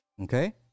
Okay